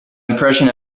impression